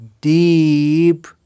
deep